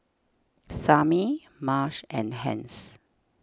Samie Marsh and Hence